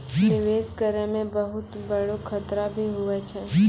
निवेश करै मे बहुत बड़ो खतरा भी हुवै छै